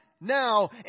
now